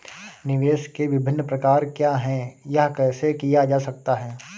निवेश के विभिन्न प्रकार क्या हैं यह कैसे किया जा सकता है?